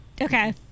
Okay